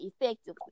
effectively